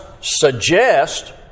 suggest